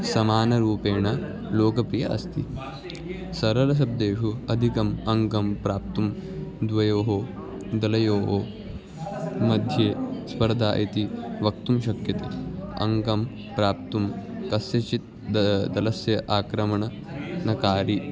समानरूपेण लोकप्रियः अस्ति सरलशब्देषु अधिकम् अङ्गं प्राप्तुं द्वयोः दलयोः मध्ये स्पर्धा इति वक्तुं शक्यते अङ्गं प्राप्तुं कस्यचित् दलं दलस्य आक्रमणकारी